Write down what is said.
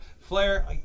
Flair